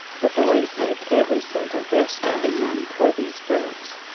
the boys saved every cent of their spending money for these books.